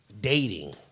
dating